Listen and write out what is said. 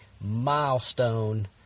milestone